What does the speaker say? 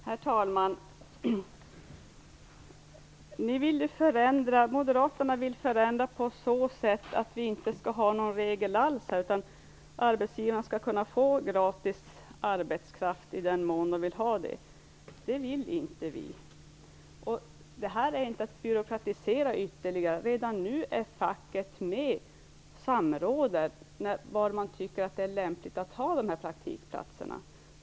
Herr talman! Moderaterna vill förändra så att det inte blir någon regel alls. Arbetsgivaren skall alltså kunna få gratis arbetskraft i den mån det önskas. Så vill inte vi socialdemokrater ha det. Vårt system innebär inte någon ytterligare byråkratisering. Redan nu är facket med och samråder om var det är lämpligt att förlägga praktikplatserna.